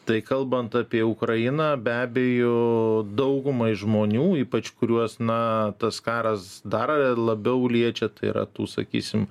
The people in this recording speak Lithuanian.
tai kalbant apie ukrainą be abejo daugumai žmonių ypač kuriuos na tas karas dar labiau liečia tai yra tų sakysim